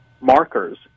markers